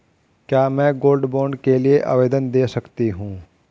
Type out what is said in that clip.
क्या मैं gold bond के लिए आवेदन दे सकती हूँ?